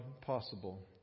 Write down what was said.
possible